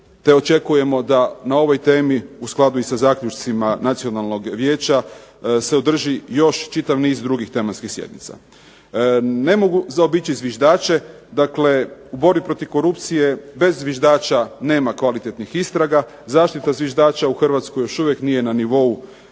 očekujemo da na ovoj temi u skladu i sa zaključcima Nacionalnog vijeća se održi još čitav niz drugih tematskih sjednica. Ne mogu zaobići zviždače, dakle u borbi protiv korupcije bez zviždača nema kvalitetnih istraga. Zaštita zviždača u Hrvatskoj još uvijek nije na nivou koji